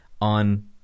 on